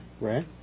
Right